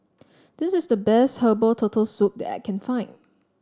this is the best Herbal Turtle Soup that I can find